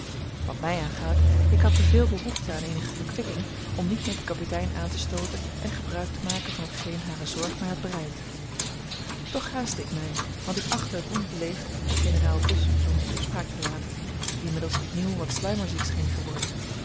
wat mij aangaat ik had te veel behoefte aan eenige verkwikking om niet met den kapitein aan te stooten en gebruik te maken van t geen hare zorg mij had bereid toch haastte ik mij want ik achtte het onbeleefd den generaal dus zonder toespraak te laten die inmiddels opnieuw wat sluimerziek scheen geworden